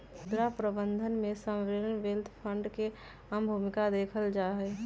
मुद्रा प्रबन्धन में सॉवरेन वेल्थ फंड के अहम भूमिका देखल जाहई